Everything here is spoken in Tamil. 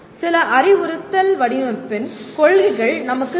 சில அறிவுறுத்தல் வடிவமைப்பின் கொள்கைகள் நமக்குத் தேவை